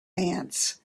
ants